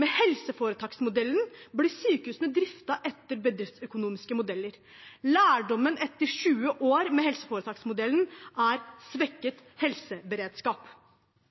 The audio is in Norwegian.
Med helseforetaksmodellen blir sykehusene driftet etter bedriftsøkonomiske modeller. Lærdommen etter 20 år med helseforetaksmodellen er